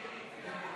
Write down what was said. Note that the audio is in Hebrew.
התרבות והספורט נתקבלה.